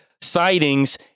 sightings